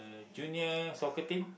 junior soccer team